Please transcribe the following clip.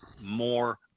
more